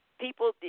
People